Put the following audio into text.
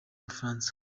bufaransa